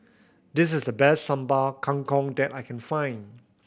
this is the best Sambal Kangkong that I can find